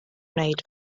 wneud